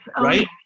Right